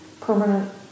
permanent